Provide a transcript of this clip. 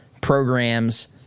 programs